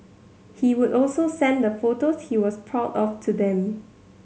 he would also send the photos he was proud of to them